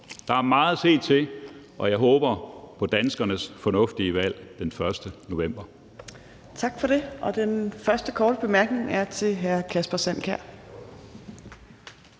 Der er meget at se til, og jeg håber på danskernes fornuftige valg den 1. november.